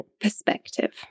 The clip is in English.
perspective